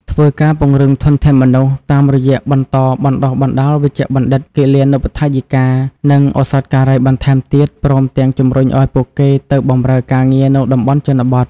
ធ្វើការពង្រឹងធនធានមនុស្ស តាមរយះបន្តបណ្ដុះបណ្ដាលវេជ្ជបណ្ឌិត គិលានុបដ្ឋាយិកា និងឱសថការីបន្ថែមទៀត ព្រមទាំងជំរុញឱ្យពួកគេទៅបម្រើការងារនៅតំបន់ជនបទ។